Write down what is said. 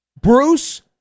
Bruce